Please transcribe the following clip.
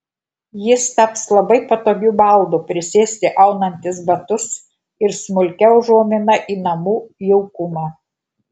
jis taps labai patogiu baldu prisėsti aunantis batus ir smulkia užuomina į namų jaukumą